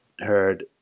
heard